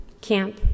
Camp